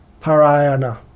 Parayana